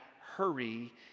hurry